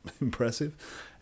impressive